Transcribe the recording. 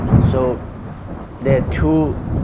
so there are two